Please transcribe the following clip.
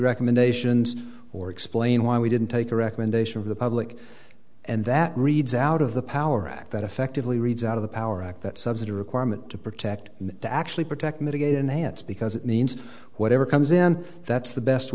recommendations or explain why we didn't take the recommendation of the public and that reads out of the power act that effectively reads out of the power act that subsidy requirement to protect and to actually protect mitigate enhance because it means whatever comes in that's the best